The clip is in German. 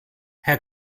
herr